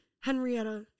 Henrietta